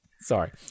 Sorry